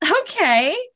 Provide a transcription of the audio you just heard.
Okay